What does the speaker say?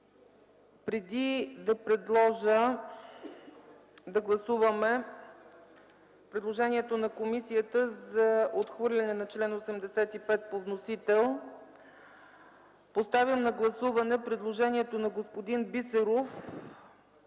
Преди да предложа да гласуваме предложението на комисията за отхвърляне на чл. 85 по вносител, поставям на гласуване предложението на господин Бисеров